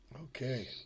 Okay